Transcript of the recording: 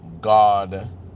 God